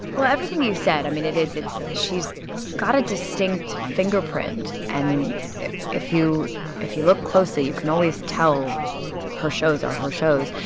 well, everything you said. i mean, it is it's she's got a distinct fingerprint. and if you if you look closely, you can always tell her shows are her shows.